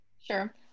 Sure